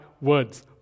words